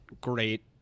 great